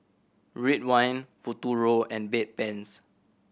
Ridwind Futuro and Bedpans